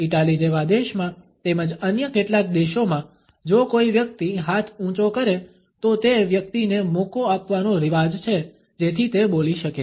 Italy જેવા દેશમાં તેમજ અન્ય કેટલાક દેશોમાં જો કોઈ વ્યક્તિ હાથ ઉંચો કરે તો તે વ્યક્તિને મોકો આપવાનો રિવાજ છે જેથી તે બોલી શકે